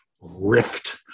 rift